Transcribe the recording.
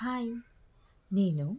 hi నేను